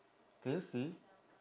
can you see